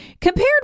Compared